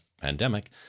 pandemic